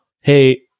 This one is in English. hey